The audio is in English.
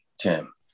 Tim